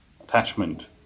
attachment